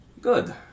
Good